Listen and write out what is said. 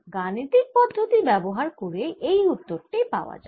গানিতিক পদ্ধতি ব্যবহার করে এই উত্তর টি পাওয়া যাক